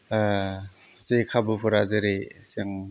जे खाबुफोरा जेरै जों